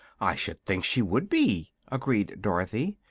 i should think she would be, agreed dorothy.